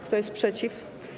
Kto jest przeciw?